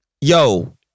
yo